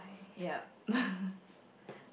yeap